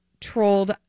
trolled